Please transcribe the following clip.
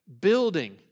building